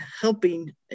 helping